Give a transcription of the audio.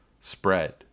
spread